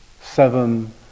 seven